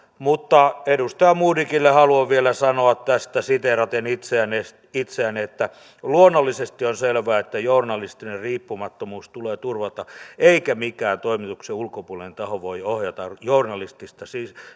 mutta edustaja modigille haluan vielä sanoa tästä siteeraten itseäni luonnollisesti on selvää että journalistinen riippumattomuus tulee turvata eikä mikään toimituksen ulkopuolinen taho voi ohjata journalistista